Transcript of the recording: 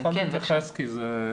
תודה.